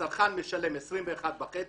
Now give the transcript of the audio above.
הצרכן משלם 21.5,